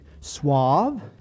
suave